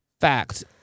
Fact